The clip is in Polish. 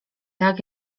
tak